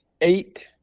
eight